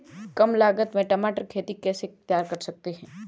कम लागत में टमाटर की खेती कैसे तैयार कर सकते हैं?